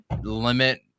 Limit